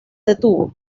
detuvo